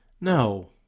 no